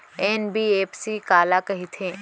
NBFC काला कहिथे?